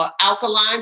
alkaline